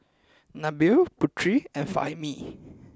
Nabil Putri and Fahmi